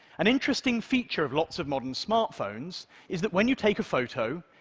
an interesting feature of lots of modern smartphones is that when you take a photo,